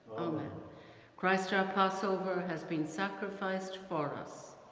amen christ our passover has been sacrificed for us,